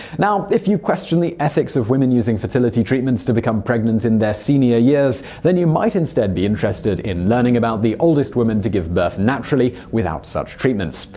if you question the ethics of women using fertility treatments to become pregnant in their senior years, then you might instead be interested in learning about the oldest women to give birth naturally, without such treatments.